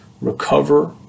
recover